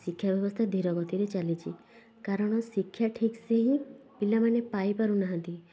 ଶିକ୍ଷା ଵ୍ୟବସ୍ଥା ଧୀର ଗତିରେ ଚାଲିଛି କାରଣ ଶିକ୍ଷା ଠିକ୍ ସେ ହିଁ ପିଲାମାନେ ପାଇପାରୁ ନାହାଁନ୍ତି